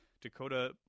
Dakota